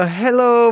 hello